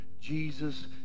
Jesus